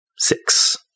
Six